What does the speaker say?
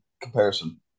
comparison